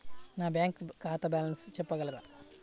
నా బ్యాంక్ ఖాతా బ్యాలెన్స్ చెప్పగలరా?